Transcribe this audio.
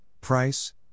Price